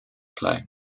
play